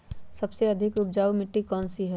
सबसे अधिक उपजाऊ मिट्टी कौन सी हैं?